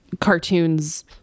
cartoons